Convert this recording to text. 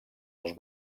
els